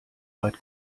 weit